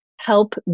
help